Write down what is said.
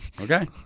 Okay